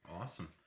Awesome